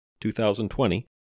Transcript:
2020